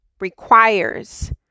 requires